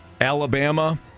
Alabama